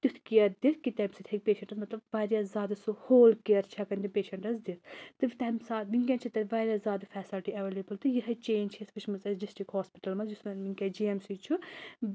تیُتھ کِیَر دِٮ۪تھ کہِ تَمہِ سۭتۍ ہیٚکہِ پَیشَنٹَس مطلب واریاہ زیادٕ سُہ ہول کِیَر چھِ ہؠکَان تہِ پَیشَنٹَس دِتھ تہٕ تَمہِ ساتہٕ وٕنکیٚن چھِ تَتہِ واریاہ زیادٕ فَیسَلٹی اَیٚوَیٚلَیبٕل تہٕ یِہے چَینٛج چھِ أسۍ وٕچھمٕژ اَسہِ ڈِسٹِرک ہاسپِٹَل منٛز یُس وۄنۍ وٕنکیٚس جی ایم سی چھُ